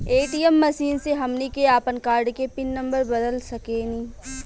ATM machine से हमनी के आपन कार्ड के पिन नम्बर बदल सके नी